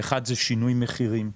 והשני זה שינוי מחירים.